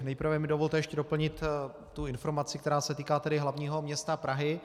Nejprve mi dovolte ještě doplnit informaci, která se týká hlavního města Prahy.